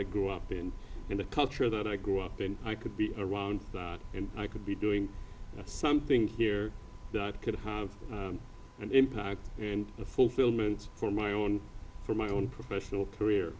i grew up in and a culture that i grew up in i could be around and i could be doing something here that could have an impact and fulfillment for my own for my own professional career